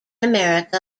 america